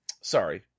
Sorry